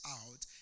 out